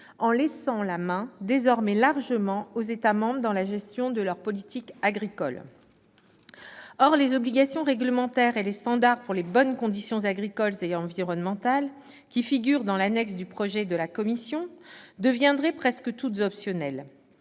en laissant désormais la main largement aux États membres pour la gestion de leur politique agricole. Or les obligations réglementaires et les standards permettant d'assurer de bonnes conditions agricoles et environnementales, qui figurent dans l'annexe du projet de la Commission, deviendraient presque tous optionnels.